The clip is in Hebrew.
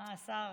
יש.